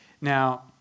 Now